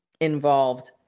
involved